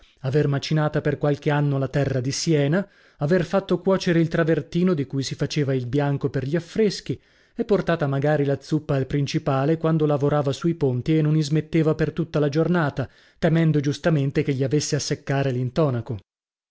aver macinata per qualche anno la terra di siena aver fatto cuocere il travertino di cui si faceva il bianco per gli affreschi e portata magari la zuppa al principale quando lavorava sui ponti e non ismetteva per tutta la giornata temendo giustamente che gli avesse a seccare l'intonaco